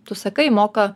tu sakai moka